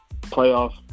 playoff